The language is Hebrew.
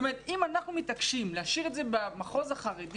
אם אנחנו מתעקשים להשאיר את זה במחוז החרדי